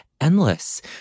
endless